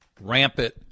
rampant